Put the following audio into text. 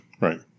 Right